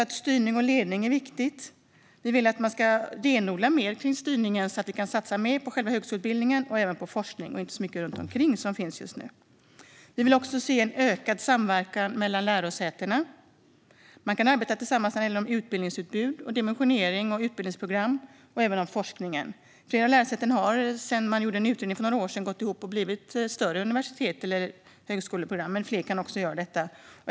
Styrning och ledning är viktigt. Vi vill att man ska renodla styrningen, så att vi kan satsa mer på själva högskoleutbildningen och forskningen och inte så mycket runt omkring, som det är just nu. Vi vill även se en ökad samverkan mellan lärosätena. Man kan arbeta tillsammans när det gäller utbildningsutbud, dimensionering och utbildningsprogram och även beträffande forskningen. Flera lärosäten har sedan man gjorde en utredning för några år sedan gått ihop och skapat större universitets eller högskoleprogram, men fler kan göra detta.